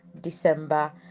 December